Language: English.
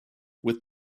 with